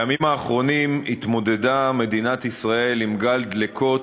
בימים האחרונים התמודדה מדינת ישראל עם גל דלקות,